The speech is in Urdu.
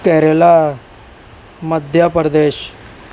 کیرل مدھیہ پردیش